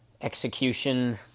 execution